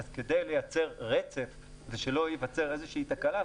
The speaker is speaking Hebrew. אז כדי לייצר רצף ושלא תיווצר איזושהי תקלה,